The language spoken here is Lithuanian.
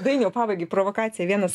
dainiau pabaigai provokacija vienas